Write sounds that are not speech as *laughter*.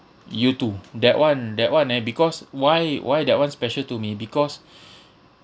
U two that [one] that [one] eh because why why that [one] special to me because *breath*